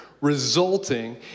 resulting